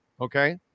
Okay